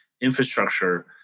infrastructure